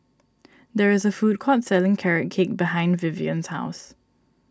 there is a food court selling Carrot Cake behind Vivian's house